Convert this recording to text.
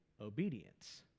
obedience